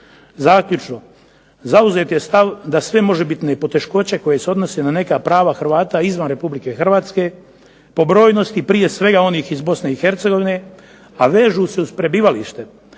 Zaključno. Zauzet je stav da sve možebitne poteškoće koje se odnose na neka prava Hrvata izvan Republike Hrvatske po brojnosti prije svega onih iz Bosne i Hercegovine, a vežu se uz prebivalište,